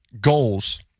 goals